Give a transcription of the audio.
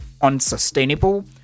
unsustainable